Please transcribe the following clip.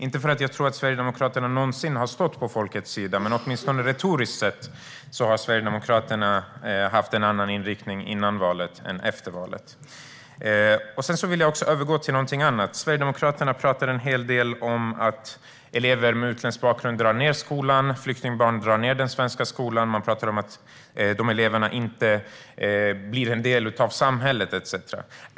Inte för att jag tror att Sverigedemokraterna någonsin har stått på folkets sida, men åtminstone retoriskt sett hade de en annan inriktning före valet än efter valet. Jag vill också tala om någonting annat. Sverigedemokraterna talar en hel del om att elever med utländsk bakgrund drar ned skolan - flyktingbarn drar ned den svenska skolan. De talar om att dessa elever inte blir en del av samhället etcetera.